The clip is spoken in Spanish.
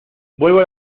vuelvo